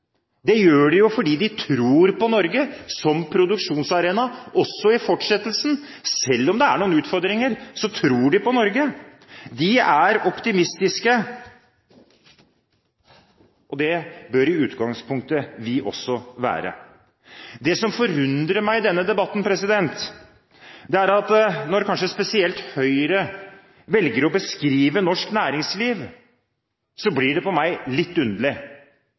Det gjør de fordi de tror på Norge som produksjonsarena også i fortsettelsen. Selv om det er noen utfordringer, tror de på Norge. De er optimistiske, og det bør i utgangspunktet også vi være. Det som forundrer meg i denne debatten, er når kanskje spesielt Høyre velger å beskrive norsk næringsliv. Da blir det for meg litt underlig.